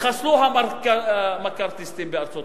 התחסלו המקארתיסטים בארצות-הברית.